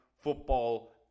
football